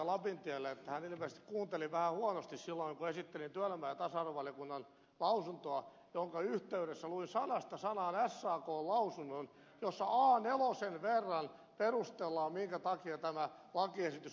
lapintielle että hän ilmeisesti kuunteli vähän huonosti silloin kun esittelin työelämä ja tasa arvovaliokunnan lausuntoa missä yhteydessä luin sanasta sanaan sakn lausunnon jossa a nelosen verran perustellaan minkä takia tämä lakiesitys on tarpeellinen